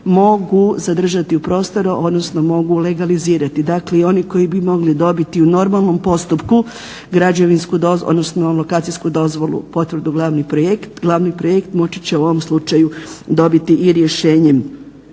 mogu zadržati u prostoru, odnosno mogu legalizirati. Dakle, i oni koji bi mogli dobiti u normalnom postupku građevinsku dozvolu, odnosno lokacijsku dozvolu potvrdu glavni projekt, glavni projekt moći će u ovom slučaju dobiti i rješenjem